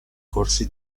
corsi